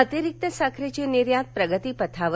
अतिरिक्त साखरेची निर्यात प्रगतीपथावर